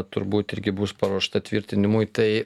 turbūt irgi bus paruošta tvirtinimui tai